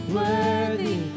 worthy